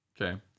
Okay